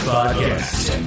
Podcast